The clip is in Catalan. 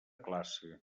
classe